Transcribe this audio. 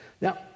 Now